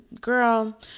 Girl